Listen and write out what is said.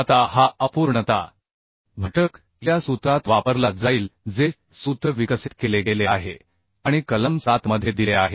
आता हा अपूर्णता घटक या सूत्रात वापरला जाईल जे सूत्र विकसित केले गेले आहे आणि कलम 7 मध्ये दिले आहे